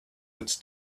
its